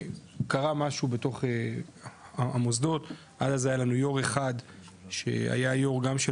קרה משהו בתוך המוסדות אז היה לנו יו"ר אחד שהיה יו"ר גם של